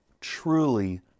truly